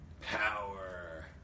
power